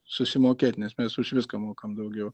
susimokėt nes mes už viską mokam daugiau